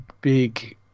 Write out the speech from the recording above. big